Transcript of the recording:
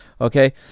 Okay